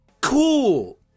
cool